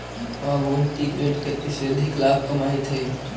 अब उ इंटीग्रेटेड खेती से अधिक लाभ कमाइत हइ